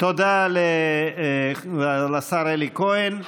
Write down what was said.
תודה לשר אלי כהן.